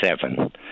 seven